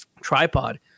tripod